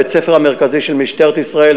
בית-הספר המרכזי של משטרת ישראל,